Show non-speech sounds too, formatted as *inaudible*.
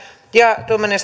ja tuommoinen *unintelligible*